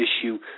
issue